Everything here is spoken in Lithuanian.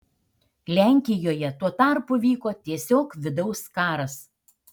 lenkijoje tuo tarpu vyko tiesiog vidaus karas